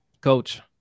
Coach